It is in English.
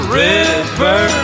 river